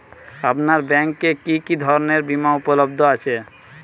আপনার ব্যাঙ্ক এ কি কি ধরনের বিমা উপলব্ধ আছে?